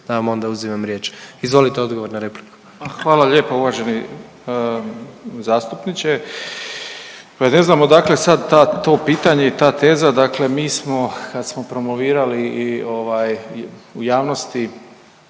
da vam onda uzimam riječ. Izvolite odgovor na repliku. **Malenica, Ivan (HDZ)** Hvala lijepa uvaženi zastupniče. Pa ne znam odakle sad to pitanje i ta teza, dakle mi smo kad smo promovirali i u javnosti